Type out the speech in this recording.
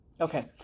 Okay